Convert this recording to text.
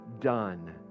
done